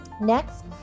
Next